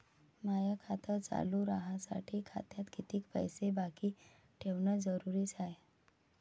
माय खातं चालू राहासाठी खात्यात कितीक पैसे बाकी ठेवणं जरुरीच हाय?